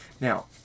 now